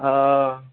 हँ